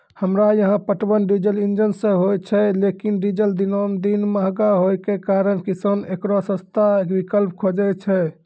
हमरा यहाँ पटवन डीजल इंजन से होय छैय लेकिन डीजल दिनों दिन महंगा होय के कारण किसान एकरो सस्ता विकल्प खोजे छैय?